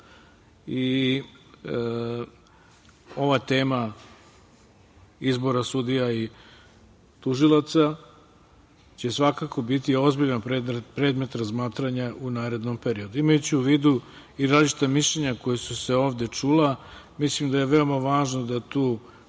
Ova tema izbora sudija i tužilaca će svakako biti ozbiljan predmet razmatranja u narednom periodu. Imajući u vidu i različita mišljenja koja su se ovde čula, mislim da je veoma važno da tu